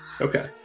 Okay